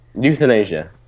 Euthanasia